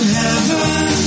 heaven